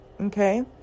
okay